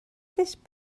this